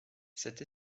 cette